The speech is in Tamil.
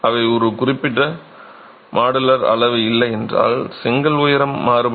அவை ஒரு குறிப்பிட்ட மாடுலர் அளவு இல்லை என்றால் செங்கல் உயரம் மாறுபடும்